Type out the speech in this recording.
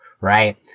right